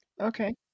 Okay